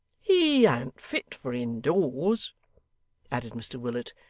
he an't fit for indoors added mr willet,